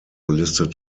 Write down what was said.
listed